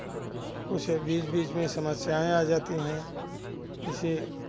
कुछ बीच बीच में समस्याएँ आ जाती हैं जैसे